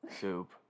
Soup